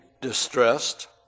distressed